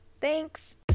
Thanks